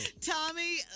Tommy